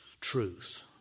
truth